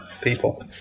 people